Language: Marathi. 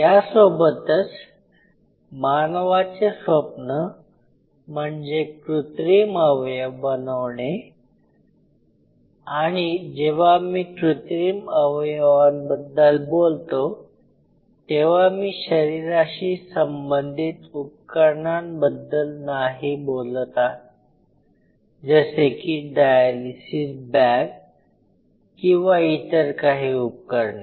यासोबतच मानवाचे स्वप्न म्हणजे कृत्रिम अवयव बनवणे आणि जेव्हा मी कृत्रिम अवयवांबद्दल बोलतो तेव्हा मी शरीराशी संबंधित उपकरणांबद्दल नाही बोलत जसे की डायलिसिस बॅग किंवा इतर काही उपकरणे